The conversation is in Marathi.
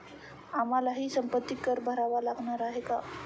आम्हालाही संपत्ती कर भरावा लागणार आहे का?